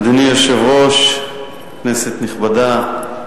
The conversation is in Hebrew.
אדוני היושב-ראש, כנסת נכבדה,